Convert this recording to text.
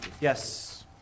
Yes